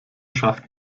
schafft